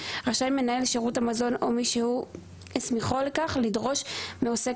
רשאי מנהל שירות המזון או מי שהוא הסמיכו לכך לדרוש מעוסק